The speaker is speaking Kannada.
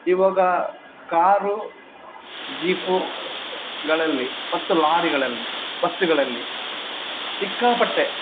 ಇವಾಗ ಕಾರು ಜೀಪುಗಳಲ್ಲಿ ಮತ್ತು ಲಾರಿಗಳಲ್ಲಿ ಬಸ್ಸುಗಳಲ್ಲಿ ಸಿಕ್ಕಾಪಟ್ಟೆ